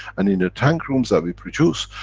and in the tank rooms that we produce,